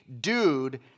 dude